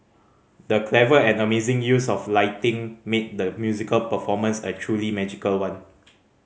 the clever and amazing use of lighting made the musical performance a truly magical one